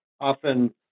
often